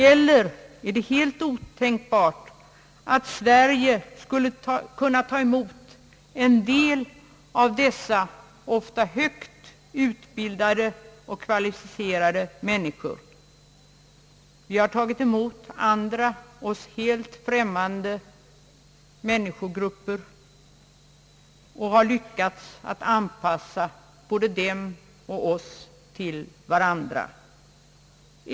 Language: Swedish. Eller är det helt otänkbart att Sverige skulle kunna ta emot en del av dessa ofta högt utbildade och kvalificerade människor? Vi har tagit emot andra, oss helt främmande människogrupper och har lyckats anpassa dem till oss och oss till dem.